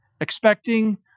expecting